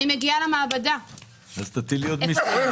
אני מגיעה למעבדה --- אז תטילי עוד מיסים,